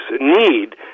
need